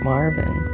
Marvin